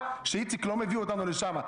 ואיציק לא מביא אותנו לשם.